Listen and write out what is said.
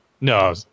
no